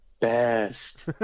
best